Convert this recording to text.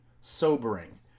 sobering